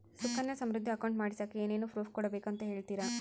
Sukanya Samriddhi account ಮಾಡಿಸೋಕೆ ಏನೇನು proof ಕೊಡಬೇಕು ಅಂತ ಹೇಳ್ತೇರಾ?